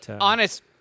honest